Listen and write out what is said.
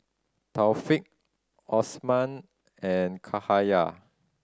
Thaqif Osman and Cahaya